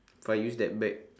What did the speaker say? if I use that bag